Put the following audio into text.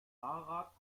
fahrrad